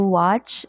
watch